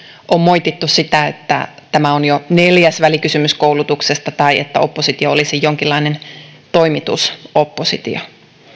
on moitittu sitä että tämä on jo neljäs välikysymys koulutuksesta tai että oppositio olisi jonkinlainen toimitusoppositio